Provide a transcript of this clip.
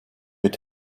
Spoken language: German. mit